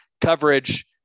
coverage